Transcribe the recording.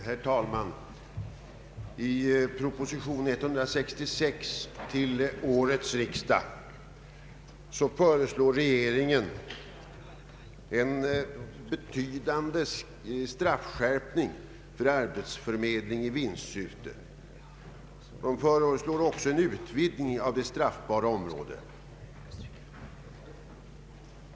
Herr talman! I proposition nr 166 till årets riksdag föreslår regeringen en betydande straffskärpning för arbetsförmedling i vinstsyfte. Där föreslås också en utvidgning av det straffbara området.